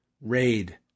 Raid